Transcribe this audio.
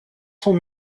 son